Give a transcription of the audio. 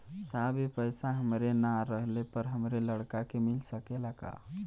साहब ए पैसा हमरे ना रहले पर हमरे लड़का के मिल सकेला का?